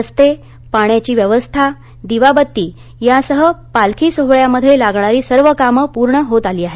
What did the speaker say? रस्ते पाण्याची व्यवस्था दिवाबत्ती यांसह पालखी सोहळ्यामध्ये लागणारी सर्व कामं पूर्ण होत आली आहेत